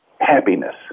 happiness